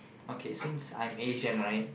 okay since I'm Asian right